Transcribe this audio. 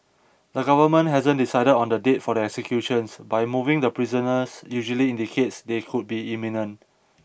the government hasn't decided on the date for the executions but moving the prisoners usually indicates they could be imminent